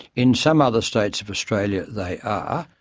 in some other states of australia they are.